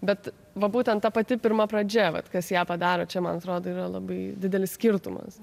bet va būtent ta pati pirma pradžia vat kas ją padaro čia man atrodo yra labai didelis skirtumas